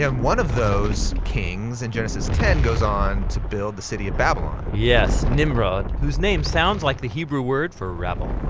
and of those kings in genesis ten goes on to build the city of babylon. yes, nimrod, whose name sounds like the hebrew word for rebel.